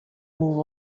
move